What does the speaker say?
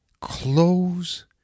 close